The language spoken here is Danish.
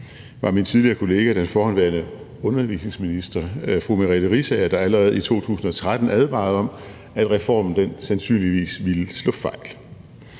det var min tidligere kollega, den forhenværende undervisningsminister fru Merete Riisager, der allerede i 2013 advarede om, at reformen sandsynligvis ville slå fejl.